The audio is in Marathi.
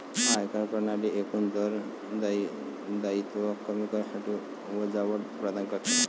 आयकर प्रणाली एकूण कर दायित्व कमी करणारी वजावट प्रदान करते